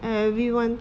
everyone